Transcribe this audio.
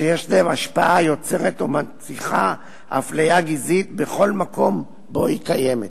שיש להן השפעה היוצרת או מנציחה אפליה גזעית בכל מקום שבו היא קיימת.